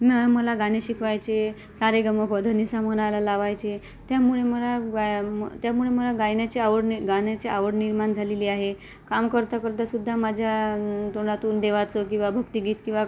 ma'am मला गाणे शिकवायचे सारेगमपधनीसा म्हणायला लावायचे त्यामुळे मला व्यायाम त्यामुळे मला गायनाची आवड गाण्याची आवड निर्माण झालेली आहे काम करता करतासुद्धा माझ्या तोंडातून देवाचं किंवा भक्तीगीत किंवा